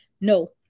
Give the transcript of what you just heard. No